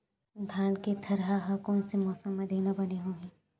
धान के थरहा कोन से मौसम म देना बने होही?